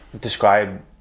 Describe